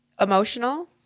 Emotional